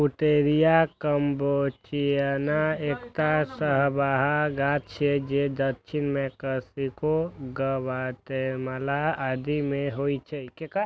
Pouteria कैम्पेचियाना एकटा सदाबहार गाछ छियै जे दक्षिण मैक्सिको, ग्वाटेमाला आदि मे होइ छै